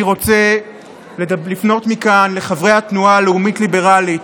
אני רוצה לפנות מכאן לחברי התנועה הלאומית הליברלית,